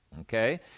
Okay